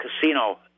casino